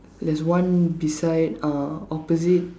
there's one beside uh opposite